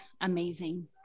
amazing